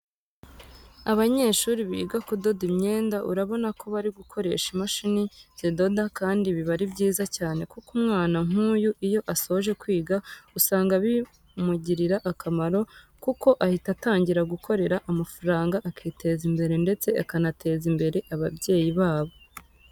Abanyeshuri biga kudoda imyenda, urabona ko bari gukoresha imashini zidoda kandi biba ari byiza cyane, kuko umwana nk'uyu iyo asoje kwiga usanga bimugirira akamaro kuko ahita atangira gukorera amafaranga akiteza imbere ndetse akanateza imbere ababyeyi babo.